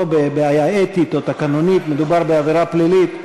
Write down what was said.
לא בבעיה אתית או תקנונית, מדובר בעבירה פלילית.